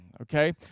Okay